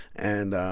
and